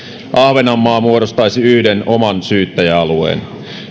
ahvenanmaa muodostaisi yhden oman syyttäjäalueen